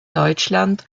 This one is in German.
deutschland